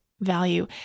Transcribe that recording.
value